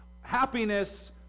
Happiness